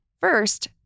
First